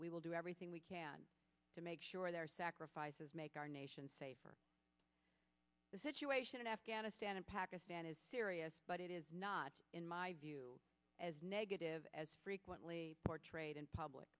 we will do everything we can to make sure their sacrifices make our nation safer the situation in afghanistan and pakistan is serious but it is not in my view as negative as frequently portrayed in public